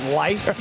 life